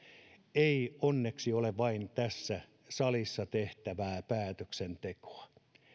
ei onneksi ole vain tässä salissa tehtävää päätöksentekoa